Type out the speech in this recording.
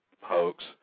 hoax